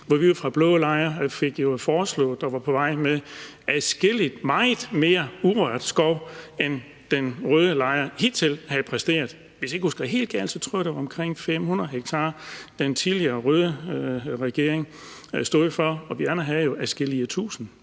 hvor vi jo fra blå lejr fik foreslået og var på vej med adskilligt meget mere urørt skov, end den røde lejr helt selv havde præsteret. Hvis jeg ikke husker helt galt, tror jeg, det var omkring 500 ha, den tidligere røde regering stod for, og vi andre havde jo adskillige